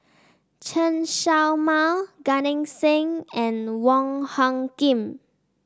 Chen Show Mao Gan Eng Seng and Wong Hung Khim